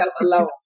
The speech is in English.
alone